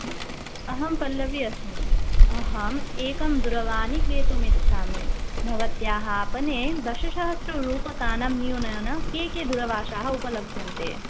अहम् पल्लवी अस्मि अहम् एकां दूरवाणीं क्रेतुम् इच्छामि भवत्याः आपणे दशसहस्ररूप्यकाणां न्यूनेन काः काः दूरभाषाः उपलभ्यन्ते